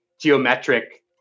geometric